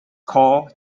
called